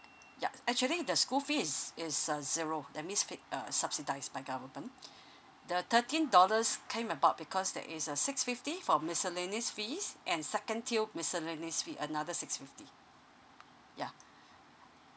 yeah actually school fees is is uh zero that means paid uh subsidise by government the thirteen dollars came about because that is a six fifty for miscellaneous fees and second tier miscellaneous fees another six fifty yeah